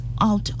out